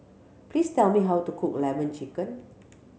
please tell me how to cook Lemon Chicken